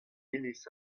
iliz